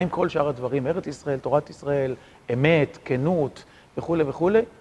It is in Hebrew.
עם כל שאר הדברים, ארץ ישראל, תורת ישראל, אמת, כנות, וכולי וכולי.